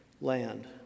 land